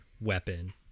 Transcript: weapon